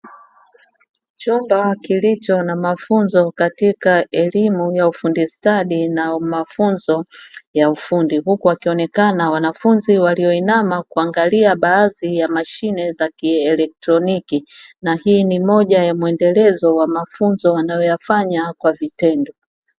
Chumba kilicho na mafunzo katika elimu ya ufundi stadi na mafunzo ya ufundi, huku wakionekana wanafunzi walio inama kuangalia baadhi ya mashine za kieletroniki na hii ni moja ya muendeleo wa mafunzo wanayo yafanya kwa vitendo.